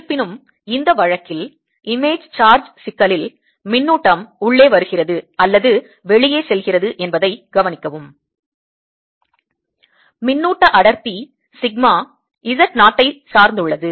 இருப்பினும் இந்த வழக்கில் இமேஜ் சார்ஜ் சிக்கலில் மின்னூட்டம் உள்ளே வருகிறது அல்லது வெளியே செல்கிறது என்பதை கவனிக்கவும் மின்னூட்ட அடர்த்தி சிக்மா Z 0 ஐ சார்ந்துள்ளது